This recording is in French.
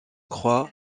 croix